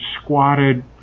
squatted